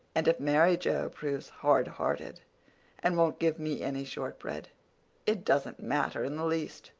and if mary joe proves hard-hearted and won't give me any shortbread it doesn't matter in the least,